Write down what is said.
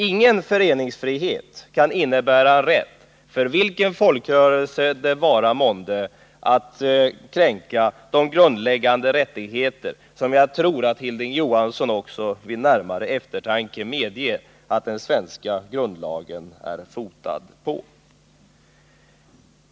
Ingen föreningsfrihet kan innebära rätt för en folkrörelse, vilken den än månde vara, att kränka de grundläggande rättigheter som jag tror att Hilding Johansson också vid närmare eftertanke medger att den svenska grundlagen är fotad på.